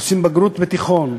עושים בגרות בתיכון,